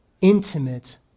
intimate